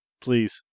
Please